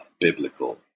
biblical